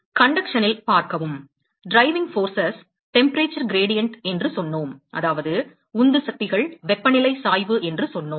கடத்தலில் பார்க்கவும் உந்து சக்திகள் வெப்பநிலை சாய்வு என்று சொன்னோம்